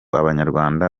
abanyarwanda